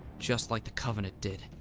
just like the covenant did.